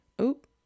Oop